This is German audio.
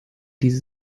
diese